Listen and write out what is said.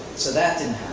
so that didn't